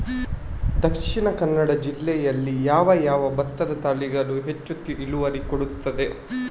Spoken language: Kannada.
ದ.ಕ ಜಿಲ್ಲೆಯಲ್ಲಿ ಯಾವ ಯಾವ ಭತ್ತದ ತಳಿಗಳು ಹೆಚ್ಚು ಇಳುವರಿ ಕೊಡುತ್ತದೆ?